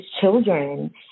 children